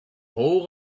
whole